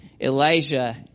Elijah